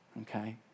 okay